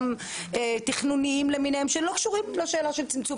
וגם תכנוניים למיניהם שהם לא קשורים לשאלה של צמצום